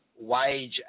wage